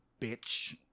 bitch